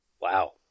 Wow